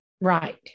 Right